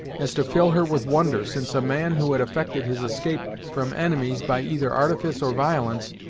as to fill her with wonder, since a man who had effected his escape from enemies by either artifice or violence,